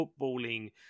footballing